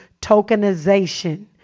tokenization